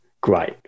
Great